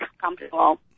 comfortable